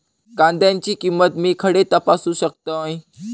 कांद्याची किंमत मी खडे तपासू शकतय?